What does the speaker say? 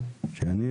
שלום לכולם,